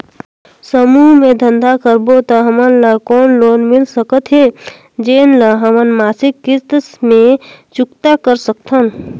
समूह मे धंधा करबो त हमन ल कौन लोन मिल सकत हे, जेन ल हमन मासिक किस्त मे चुकता कर सकथन?